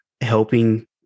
helping